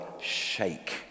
shake